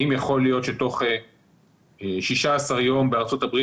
האם יכול להיות שבתוך 16 יום בארצות-הברית